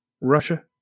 Russia